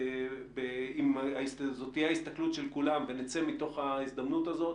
ואם זו תהיה ההסתכלות של כולם ונצא מתוך ההזדמנות הזאת